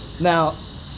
Now